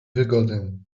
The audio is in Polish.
wygodę